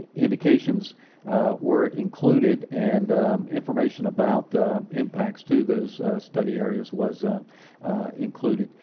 indications were included, and information about the impacts to those study areas was included.